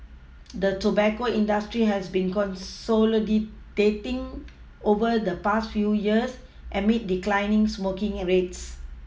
the tobacco industry has been consolidating over the past few years amid declining smoking rates